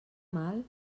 mal